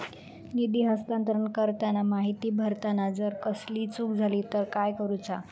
निधी हस्तांतरण करताना माहिती भरताना जर कसलीय चूक जाली तर काय करूचा?